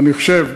אני חושב,